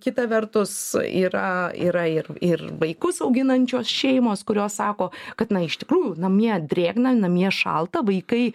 kita vertus yra yra ir ir vaikus auginančios šeimos kurios sako kad na iš tikrųjų namie drėgna namie šalta vaikai